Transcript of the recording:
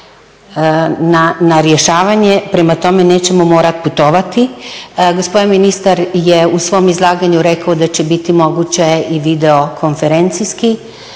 na rješavanje. Prema tome, nećemo morati putovati. Gospodin ministar je u svom izlaganju rekao da će biti moguće i videokonferencijski